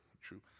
true